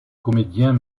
comédien